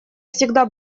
всегда